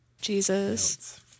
Jesus